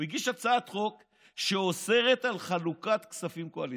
הוא הגיש הצעת חוק שאוסרת חלוקת כספים קואליציוניים.